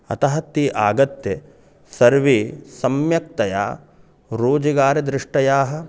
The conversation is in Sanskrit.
अतः ते आगत्य सर्वे सम्यक्तया रोजगारदृष्टया